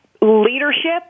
leadership